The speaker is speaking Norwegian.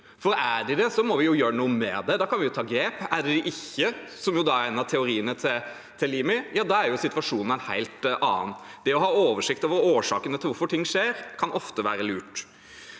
for er de det, må vi gjøre noe med det – da kan vi jo ta grep. Er de det ikke, som er en av teoriene til Limi – ja, da er situasjonen en helt annen. Det å ha oversikt over årsakene til at ting skjer, kan ofte være lurt.